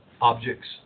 Objects